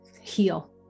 heal